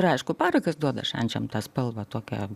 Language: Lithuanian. ir aišku parakas duoda šančiams tą spalvą tokią